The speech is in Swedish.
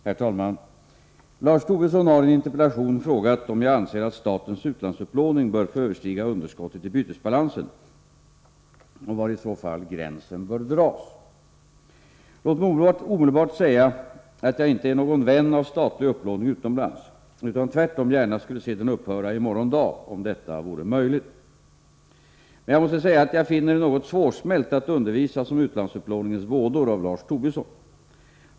Herr talman! Lars Tobisson har i en interpellation frågat om jag anser att statens utlandsupplåning bör få överstiga underskottet i bytesbalansen och var i så fall gränsen bör dras. Låt mig omedelbart säga att jag inte är någon vän av statlig upplåning utomlands utan tvärtom gärna skulle se den upphöra i morgon dag om detta vore möjligt. Men jag måste säga att jag finner det något svårsmält att undervisas om utlandsupplåningens vådor av Lars Tobisson.